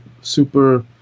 super